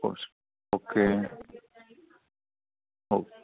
okay ഓഹ്